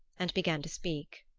and began to speak.